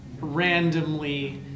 randomly